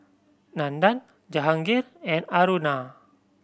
Nandan Jahangir and Aruna